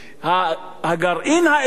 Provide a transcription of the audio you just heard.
הגרעין האירני,